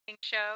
show